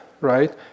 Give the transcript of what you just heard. right